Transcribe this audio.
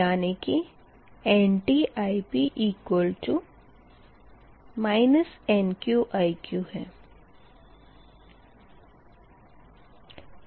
यानी कि NtIp NqIq है